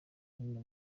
hino